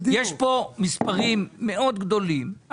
יש פה מספרים מאוד גדולים.